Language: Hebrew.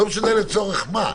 ולא משנה לצורך מה.